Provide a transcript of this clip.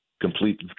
complete